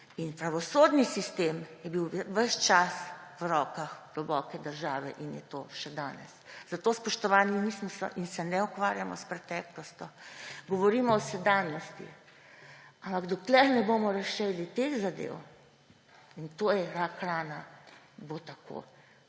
Pravosodni sistem je bil ves čas v rokah globoke države in je to še danes, zato, spoštovani, nismo in se ne ukvarjamo s preteklostjo. Govorimo o sedanjosti. Ampak dokler ne bomo rešili teh zadev, in to je rakrana, bo tako